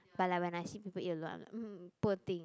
but like when I see people eat alone I'm like mm poor thing